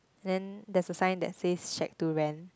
then there's a sign that says shack to rent